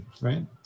right